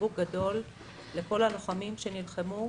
וחיבוק גדול לכל הלוחמים שנלחמו.